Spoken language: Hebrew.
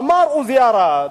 אמר עוזי ארד: